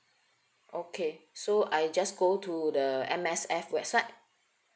okay so I just go to the M_S_F website